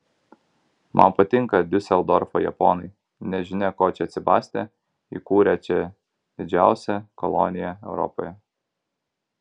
man patinka diuseldorfo japonai nežinia ko čia atsibastę įkūrę čia didžiausią koloniją europoje